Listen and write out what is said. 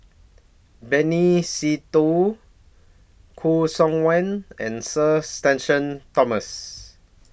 Benny Se Teo Khoo Seok Wan and Sir Shenton Thomas